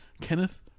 Kenneth